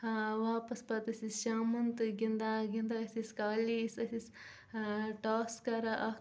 واپس پتہٕ ٲسۍ أسۍ شامن تہِ گِنٛدان گِنٛدان ٲسۍ أسۍ کالیس اسۍ ٲسۍ ٹاس کران اکھ